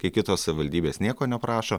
kai kitos savivaldybės nieko neprašo